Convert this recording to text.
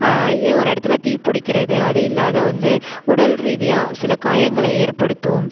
ஆ ஒரு இடத்தில் தீ பிடிக்குறது அது இல்லாது வந்து உடல் ரீதியாக சில காயங்களை ஏற்படுத்தும்